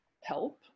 help